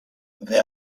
the